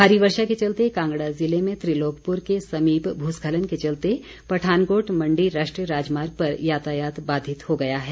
भारी वर्षा के चलते कांगड़ा ज़िले में त्रिलोकपुर के समीप भूस्खलन के चलते पठानकोट मण्डी राष्ट्रीय राजमार्ग पर यातायात बाधित हो गया है